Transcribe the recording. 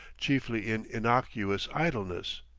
chiefly in innocuous idleness.